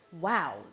wow